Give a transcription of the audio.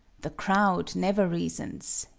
the crowd never reasons.